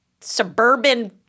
suburban